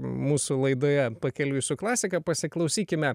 mūsų laidoje pakeliui su klasika pasiklausykime